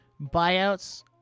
buyouts